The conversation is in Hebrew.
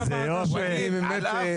אמרתי, זה הוועדה של ווליד.